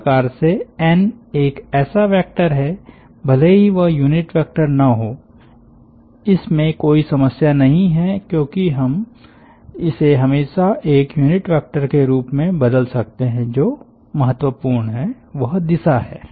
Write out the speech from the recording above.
इस प्रकार से एन एक ऐसा वेक्टर है भले ही वह यूनिट वेक्टर ना हो इसमें कोई समस्या नहीं है क्योंकि हम इसे हमेशा एक यूनिट वेक्टर के रूप में बदल सकते हैं जो महत्वपूर्ण है वह दिशा है